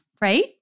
right